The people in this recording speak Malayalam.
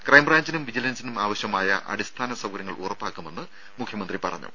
ക്രൈംബ്രാഞ്ചിനും വിജിലൻസിനും ആവശ്യമായ അടിസ്ഥാന സൌകര്യങ്ങൾ ഉറപ്പാക്കുമെന്ന് മുഖ്യമന്ത്രി പറഞ്ഞു